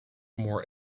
more